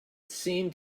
seemed